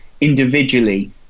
individually